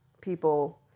people